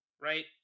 right